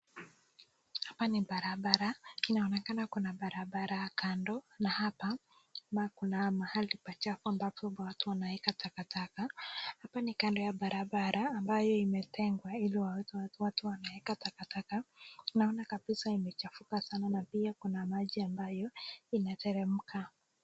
Hapa ni barabara, inaonekana kuna barabara kando, na hapa kuna mahali pachafu ambapo watu wanaweka taka taka. Hapa ni kando ya barabara ambayo imetengwa ili waweze watu wanaweka taka taka. Naoana kabisa imechafuka sana na pia kuna maji ambayo inateremka.